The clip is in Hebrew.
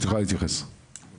אני